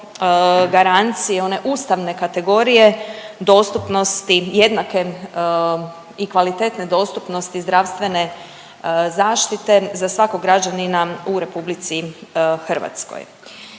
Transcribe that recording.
garancije one ustavne kategorije dostupnosti jednake i kvalitetne dostupnosti zdravstvene zaštite za svakog građanina u RH. Revizija